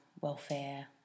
welfare